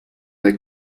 they